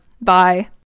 bye